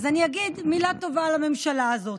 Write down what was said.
אז אני אגיד מילה טובה על הממשלה הזאת.